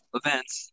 events